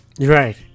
Right